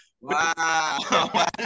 Wow